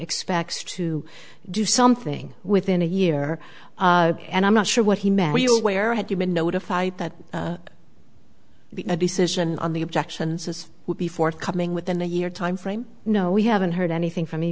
expects to do something within a year and i'm not sure what he meant we'll where had you been notified that the decision on the objections as would be forthcoming within a year timeframe no we haven't heard anything from